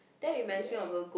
ya